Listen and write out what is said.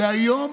והיום